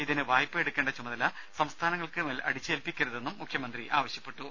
ഇതിന് വായ്പയെടുക്കേണ്ട ചുമതല സംസ്ഥാനങ്ങൾക്കു മേൽ അടിച്ചേൽപ്പിക്കരുതെന്നും മുഖ്യമന്ത്രി പറഞ്ഞു